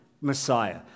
Messiah